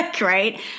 right